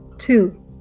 Two